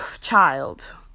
child